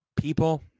people